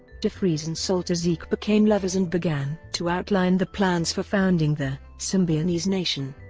defreeze and soltysik became lovers and began to outline the plans for founding the symbionese nation.